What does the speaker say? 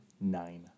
nine